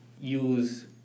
use